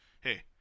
hey